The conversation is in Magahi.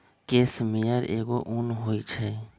केस मेयर एगो उन होई छई